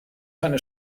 seine